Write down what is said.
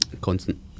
constant